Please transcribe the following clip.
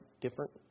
different